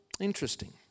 Interesting